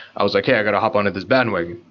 i was like, yeah, i got to hop onto this bandwagon.